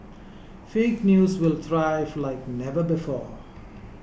fake news will thrive like never before